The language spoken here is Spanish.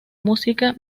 música